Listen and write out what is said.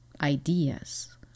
ideas